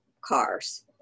cars